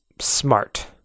smart